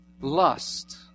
Lust